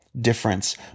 difference